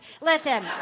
listen